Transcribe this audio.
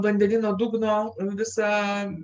vandenyno dugno visą